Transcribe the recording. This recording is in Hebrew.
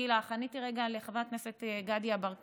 הגיל הרך, עניתי לחבר הכנסת גדי יברקן.